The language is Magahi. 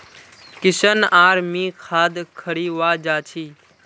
किशन आर मी खाद खरीवा जा छी